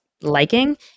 liking